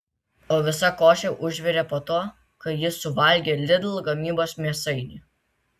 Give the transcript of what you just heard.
o visa košė užvirė po to kai jis suvalgė lidl gamybos mėsainį